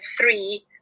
three